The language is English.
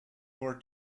for